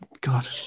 God